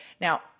Now